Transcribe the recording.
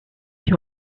you